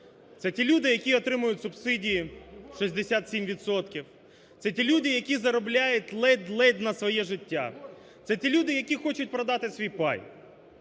Це ті люди, які отримують субсидії 67 відсотків; це ті люди, які заробляють ледь-ледь на своє життя; це ті люди, які хочуть продати свій пай.